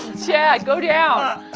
chad go down